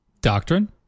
Doctrine